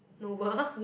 noble